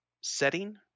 setting